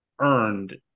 earned